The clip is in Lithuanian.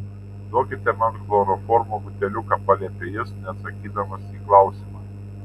duokite man chloroformo buteliuką paliepė jis neatsakydamas į klausimą